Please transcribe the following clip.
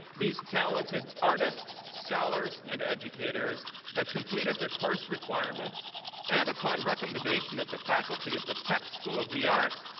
these talented artists, scholars, and educators have completed their course requirements and upon recommendation of the faculty of the peck school of the arts,